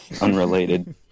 Unrelated